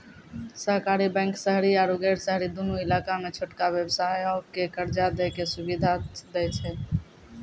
सहकारी बैंक शहरी आरु गैर शहरी दुनू इलाका मे छोटका व्यवसायो के कर्जा दै के सुविधा दै छै